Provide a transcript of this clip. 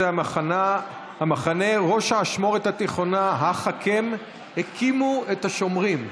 המחנה ראש האשמֹרת התיכונה אך הקם הקימו את השֹמרים".